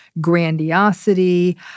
grandiosity